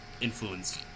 influence